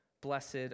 Blessed